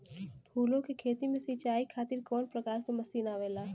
फूलो के खेती में सीचाई खातीर कवन प्रकार के मशीन आवेला?